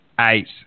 Eight